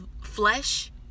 flesh